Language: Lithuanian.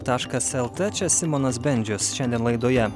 taškas lt čia simonas bendžius šiandien laidoje